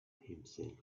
himself